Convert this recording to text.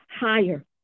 higher